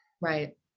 Right